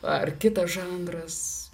ar kitas žanras